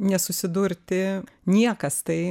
nesusidurti niekas tai